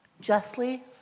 justly